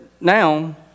now